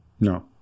No